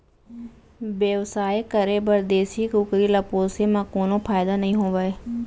बेवसाय करे बर देसी कुकरी ल पोसे म कोनो फायदा नइ होवय